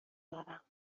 دارم